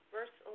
Verse